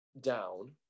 down